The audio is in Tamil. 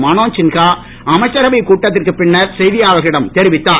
மனோத் சின்ஹா அமைச்சரவை கூட்டத்திற்கு பின்னர் செய்தியாளர்களிடம் தெரிவித்தார்